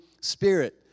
Spirit